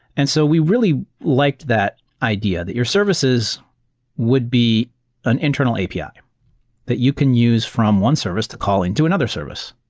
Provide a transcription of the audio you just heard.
and so we really liked that idea, that your services would be an internal api that you can use from one service to call into another service.